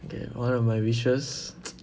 okay one of my wishes